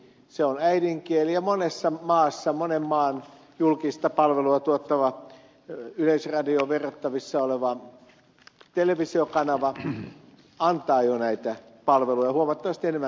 se on äidinkieli ja monen maan julkista palvelua tuottava yleisradioon verrattavissa oleva televisiokanava antaa jo näitä palveluja huomattavasti enemmän kuin meillä